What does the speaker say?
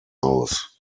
aus